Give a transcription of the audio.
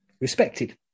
respected